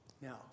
Now